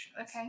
Okay